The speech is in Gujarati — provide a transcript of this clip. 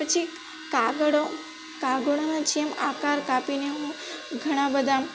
પછી કાગળો કાગળોમાં જેમ આકાર કાપીને હું ઘણાં બધાં